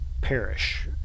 perish